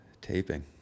Taping